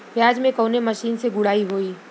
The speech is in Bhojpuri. प्याज में कवने मशीन से गुड़ाई होई?